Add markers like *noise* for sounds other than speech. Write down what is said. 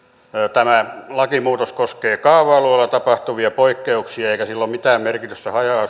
tämä lakimuutos koskee kaava alueella tapahtuvia poikkeuksia eikä sillä ole mitään merkitystä haja *unintelligible*